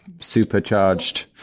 supercharged